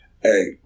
Hey